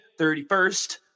31st